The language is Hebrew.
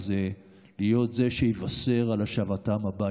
להיות זה שיבשר על השבתם הביתה.